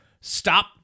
stop